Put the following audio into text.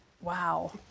wow